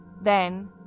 Then